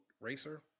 racer